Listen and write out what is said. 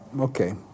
okay